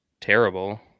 terrible